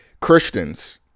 Christians